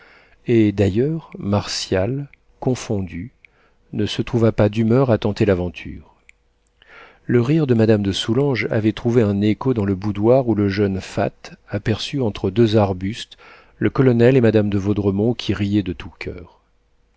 et d'ailleurs martial confondu ne se trouva pas d'humeur à tenter l'aventure le rire de madame de soulanges avait trouvé un écho dans le boudoir où le jeune fat aperçut entre deux arbustes le colonel et madame de vaudremont qui riaient de tout coeur